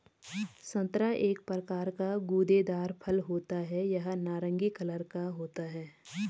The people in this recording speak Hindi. संतरा एक प्रकार का गूदेदार फल होता है यह नारंगी कलर का होता है